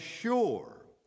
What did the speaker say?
sure